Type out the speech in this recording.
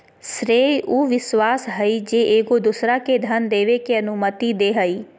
श्रेय उ विश्वास हइ जे एगो दोसरा के धन देबे के अनुमति दे हइ